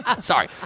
Sorry